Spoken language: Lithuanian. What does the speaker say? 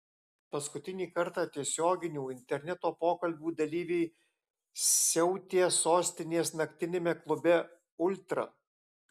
paskutinį kartą tiesioginių interneto pokalbių dalyviai siautė sostinės naktiniame klube ultra